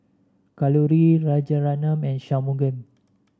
Kalluri Rajaratnam and Shunmugam